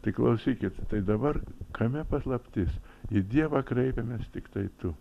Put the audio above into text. tai klausykit tai dabar kame paslaptis į dievą kreipiamės tiktai tu